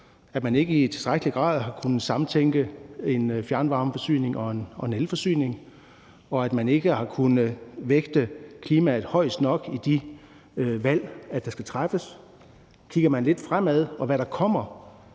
at man ikke i tilstrækkelig grad har kunnet samtænke en fjernvarmeforsyning og en elforsyning, og at man ikke har kunnet vægte klimaet højt nok i de valg, der skulle træffes. Kigger man lidt fremad og ser på,